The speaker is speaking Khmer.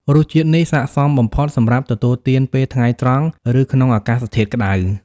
រសជាតិនេះស័ក្តិសមបំផុតសម្រាប់ទទួលទានពេលថ្ងៃត្រង់ ឬក្នុងអាកាសធាតុក្តៅ។